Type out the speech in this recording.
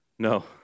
no